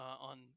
on